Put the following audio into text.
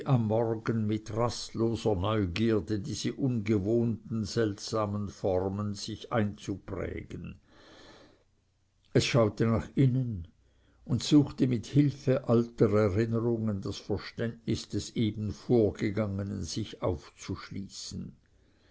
am morgen mit rastloser neugierde diese ungewohnten seltsamen formen sich einzuprägen es schaute nach innen und suchte mit hilfe alter erinnerungen das verständnis des eben vorgegangenen sich aufzuschließen